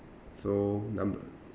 so